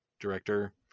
director